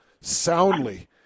soundly